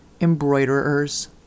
Embroiderers